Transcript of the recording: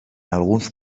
alguns